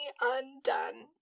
undone